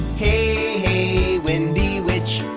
hey wendy witch.